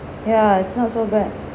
ya it's not so bad